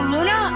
Luna